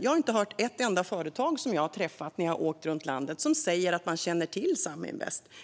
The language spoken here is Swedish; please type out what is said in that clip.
inget företag känna till Saminvest. Jag har inte hört ett enda företag som jag har träffat när jag har åkt runt i landet som säger att man känner till Saminvest.